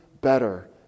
better